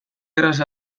erraz